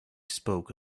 spoke